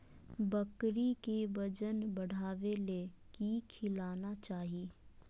बकरी के वजन बढ़ावे ले की खिलाना चाही?